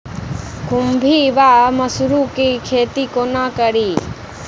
खुम्भी वा मसरू केँ खेती कोना कड़ी?